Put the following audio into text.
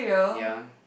ya